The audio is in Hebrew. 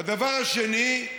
והדבר השני,